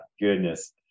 goodness